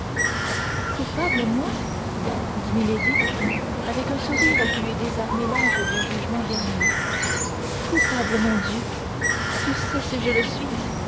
coupable moi dit milady avec un sourire qui eût désarmé l'ange du jugement dernier coupable mon dieu tu sais si je le suis